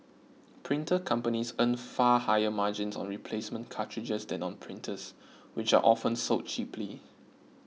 printer companies earn far higher margins on replacement cartridges than on printers which are often sold cheaply